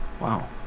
Wow